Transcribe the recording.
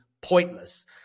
pointless